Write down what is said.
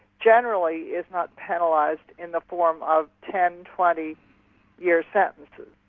generally is not penalised in the form of ten, twenty year sentences.